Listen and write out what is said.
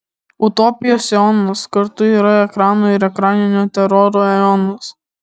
utopijos eonas kartu yra ekrano ir ekraninio teroro eonas